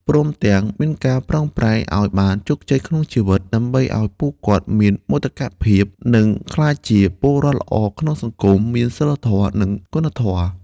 ព្រមទាំងមានការប្រឹងប្រែងឲ្យបានជោគជ័យក្នុងជីវិត ដើម្បីឲ្យពួកគាត់មានមោទកភាព និងក្លាយជាពលរដ្ឋល្អក្នុងសង្គម មានសីលធម៌ និងគុណធម៌។